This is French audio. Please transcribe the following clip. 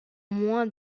moins